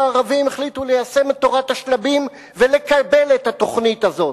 שהערבים החליטו ליישם את תורת השלבים ולקבל את התוכנית הזאת.